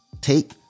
take